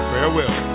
Farewell